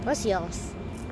what's yours